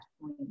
point